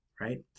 right